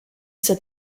said